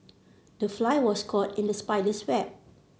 the fly was caught in the spider's web